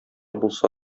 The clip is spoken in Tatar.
булса